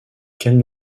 quelles